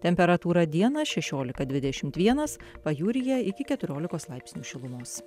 temperatūra dieną šešiolika dvidešimt vienas pajūryje iki keturiolikos laipsnių šilumos